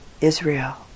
Israel